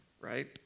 right